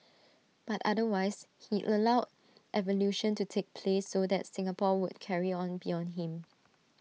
but otherwise he allowed evolution to take place so that Singapore would carry on beyond him